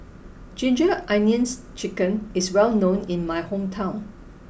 ginger onions chicken is well known in my hometown